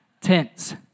tents